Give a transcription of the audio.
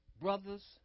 Brothers